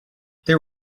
there